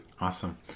Awesome